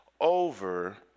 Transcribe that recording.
over